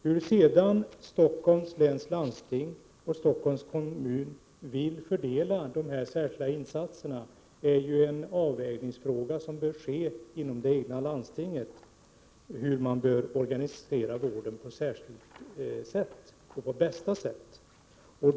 Hur sedan Stockholms läns landsting och Stockholms kommun bör fördela de särskilda insatserna på bästa sätt är ju en intern avvägningsfråga.